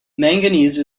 manganese